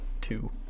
two